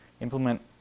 implement